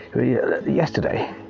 yesterday